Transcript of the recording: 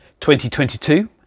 2022